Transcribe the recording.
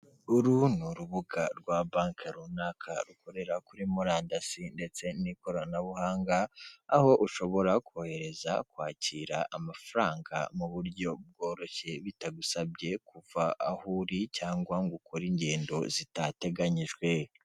Uru ni urubuga rwa banke runaka rukorera kuri murandasi ndetse n'ikoranabuhanga, aho ushobora kohereza, kwakira amafaranga mu buryo bworoshye bitagusabye kuva aho uri cyangwa ngo ukore ingendo zitateganyijwe.